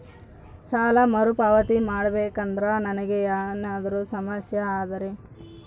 ಸಾಲ ಮರುಪಾವತಿ ಮಾಡಬೇಕಂದ್ರ ನನಗೆ ಏನಾದರೂ ಸಮಸ್ಯೆ ಆದರೆ?